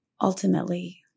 ultimately